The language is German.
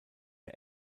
der